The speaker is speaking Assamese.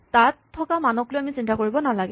তাত থকা মানকলৈ আমি চিন্তা কৰিব নালাগে